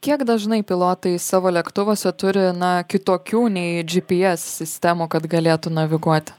kiek dažnai pilotai savo lėktuvuose turi na kitokių nei gps sistemų kad galėtų naviguoti